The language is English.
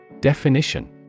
Definition